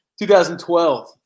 2012